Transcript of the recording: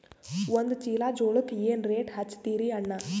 ಒಂದ ಚೀಲಾ ಜೋಳಕ್ಕ ಏನ ರೇಟ್ ಹಚ್ಚತೀರಿ ಅಣ್ಣಾ?